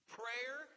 prayer